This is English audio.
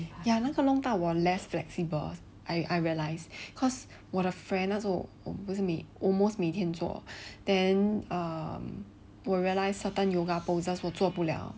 ya 那个弄到我 less flexible I I realise cause 我的 friend 我 almost 每天做 then err 我 realise certain yoga poses 我做不了